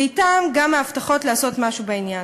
ואתה גם ההבטחות לעשות משהו בעניין.